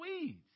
weeds